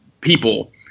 people